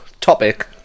topic